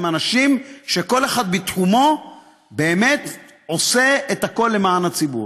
הם אנשים שכל אחד בתחומו באמת עושה את הכול למען הציבור.